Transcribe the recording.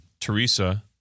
Teresa